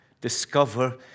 discover